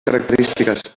característiques